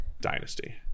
Dynasty